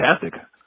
fantastic